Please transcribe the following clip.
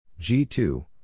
G2